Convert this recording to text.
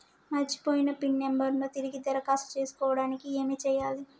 మర్చిపోయిన PIN number ను తిరిగి దరఖాస్తు చేసుకోవడానికి ఏమి చేయాలే?